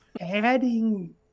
adding